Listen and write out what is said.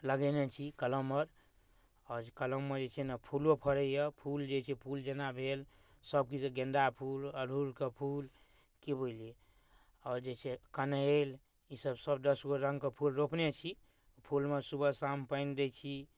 लगेने छी कलम आर आओर कलममे जे छै ने फूलो फड़ै यऽ फूल जे छै फूल जेना भेल सभकिछु गेन्दा फूल अरहुलके फूल कि बुझलियै आओर जे छै कनैल ई सभ सभ दसगो रङ्गके फूल रोपने छी फूलमे सुबह शाम पानि दै छी